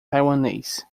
taiwanês